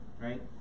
right